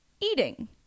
eating